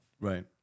Right